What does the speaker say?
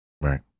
Right